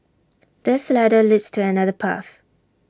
this ladder leads to another path